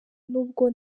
nubwo